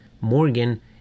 Morgan